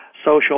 social